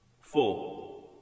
four